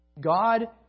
god